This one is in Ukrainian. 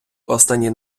останні